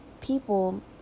people